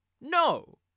No